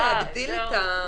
אדוני,